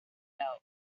ago